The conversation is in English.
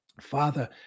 Father